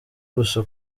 gusa